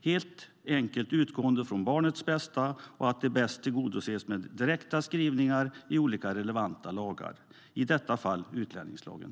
Man utgår helt enkelt från barnets bästa, och det tillgodoses bäst genom direkta skrivningar i relevanta lagar, i detta fall utlänningslagen.